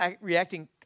reacting